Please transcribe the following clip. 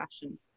fashion